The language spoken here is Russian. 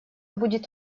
будет